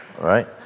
right